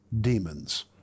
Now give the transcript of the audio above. demons